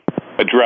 address